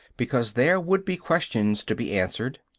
because there would be questions to be answered,